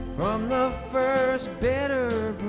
from the first bitter